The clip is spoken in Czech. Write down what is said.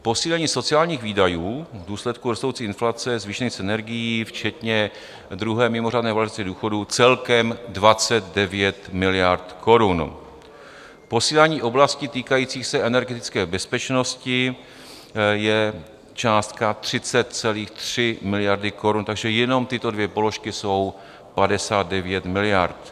Posílení sociálních výdajů v důsledku rostoucí inflace, zvýšení cen energií včetně druhé mimořádné valorizace důchodů, celkem 29 miliard korun, posílení oblastí týkajících se energetické bezpečnosti je částka 30,3 miliardy korun, takže jenom tyto dvě položky jsou 59 miliard.